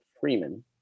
Freeman